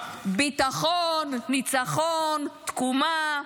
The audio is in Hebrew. תקומה, תקומה.